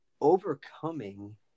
overcoming